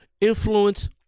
influence